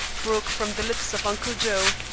broke from the lips of uncle joe,